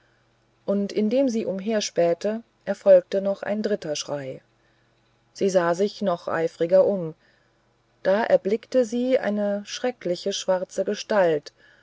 und indem sie umherspähte erfolgte noch ein dritter schrei sie sah sich noch eifriger um da erblickte sie eine schreckliche schwarze gestalt